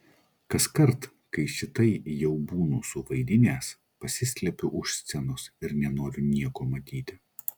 kaskart kai šitai jau būnu suvaidinęs pasislepiu už scenos ir nenoriu nieko matyti